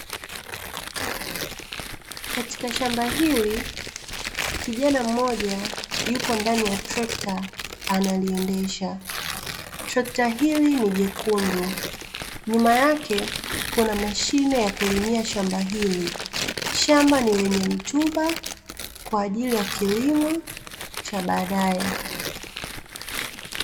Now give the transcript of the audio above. Katika shamba hili kijana mmoja yupo ndani ya trekta analiendesha. Trekta hili ni jekundu nyuma yake kuna mashine ya kulimia shamba hili. Shamba ni lenye rutuba kwa ajili ya kilimo cha baadae.